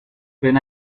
when